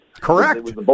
Correct